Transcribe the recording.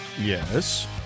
Yes